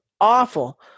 awful